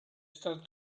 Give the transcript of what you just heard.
starts